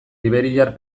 iberiar